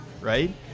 right